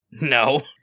No